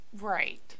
Right